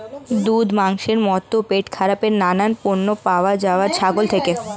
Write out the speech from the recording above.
দুধ, মাংসের মতো পেটখারাপের নানান পণ্য পাওয়া যায় ছাগল থেকে